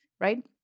right